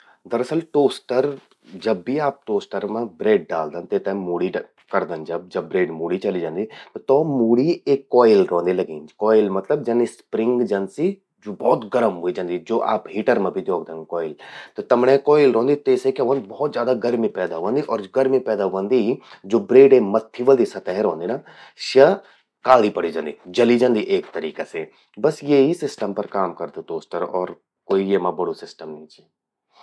दरअसल, टोस्टर..जब भी आप टोस्टर मां ब्रेड डालदन तेते मूड़ी करदन जब, जब ब्रेड मूड़ी चलि जंदि, त तो मूड़ी एक क्वॉयल रौंदि लग्यीं। क्वॉयल मतलब एक स्प्रिंग जनसि, जो भौत गरम ह्वे जंदि, ज्वो आप हीटर मां भि द्योखदन क्वॉयल। त तमण्ये क्वॉयल रौंदि तेसे क्या ह्वंद भौत ज्यादा गर्मी पैदा ह्वंदि अर गर्मी पैदा ह्वंदि ही ज्वो ब्रेडे मत्थि वलि सतह रौंदि ना, स्या काली पड़ि जंदि। जलि जंदि एक तरीका से। बस ये ही सिस्टम पर काम करद टोस्टर और क्वे येमा बड़ू सिस्टम नी चि।